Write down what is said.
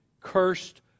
cursed